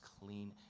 clean